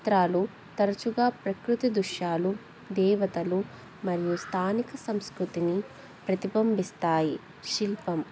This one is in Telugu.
చిత్రాలు తరచుగా ప్రకృతి దృశ్యాలు దేవతలు మరియు స్థానిక సంస్కృతిని ప్రతిబింబిస్తాయి శిల్పం